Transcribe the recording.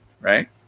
right